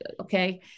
okay